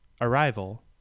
Arrival